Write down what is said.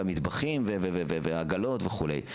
והמטבחים והעגלות וכולי.